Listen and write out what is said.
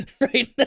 Right